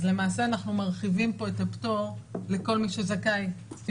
אז למעשה אנחנו מרחיבים פה את הפטור לכל מי שזכאי לסיוע